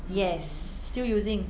yes still using